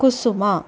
ಕುಸುಮ